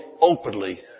openly